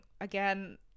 again